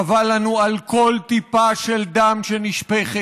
חבל לנו על כל טיפה של דם שנשפכת,